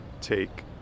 take